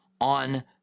on